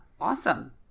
awesome